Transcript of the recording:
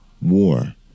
War